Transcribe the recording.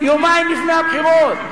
יומיים לפני הבחירות.